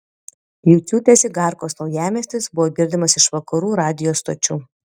juciūtės igarkos naujamiestis buvo girdimas iš vakarų radijo stočių